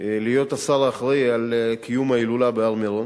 להיות השר האחראי על קיום ההילולה בהר-מירון.